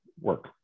work